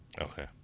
Okay